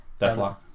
Deathlock